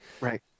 Right